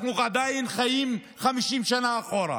אנחנו עדיין חיים 50 שנה אחורה.